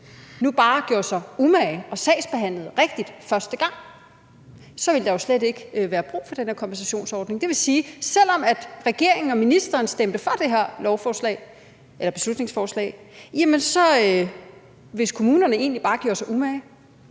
nu bare gjorde sig umage og sagsbehandlede rigtigt første gang, ville der så slet ikke være brug for den her kompensationsordning? Det vil sige, at den, selv om ministeren og regeringen stemte for det her beslutningsforslag, og hvis kommunerne bare gjorde mig umage,